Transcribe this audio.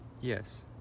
Yes